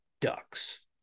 Ducks